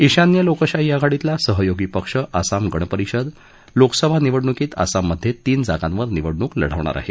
ईशान्य लोकशाही आघाडीतला सहयोगी पक्ष आसाम गणपरिषद लोकसभा निवडणुकीत आसाममध्ये तीन जागांवर निवडणूक लढवणार आहे